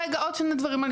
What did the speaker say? רגע, עוד שני דברים.